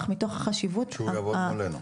מתוך החשיבות --- שהוא יעבוד מולנו.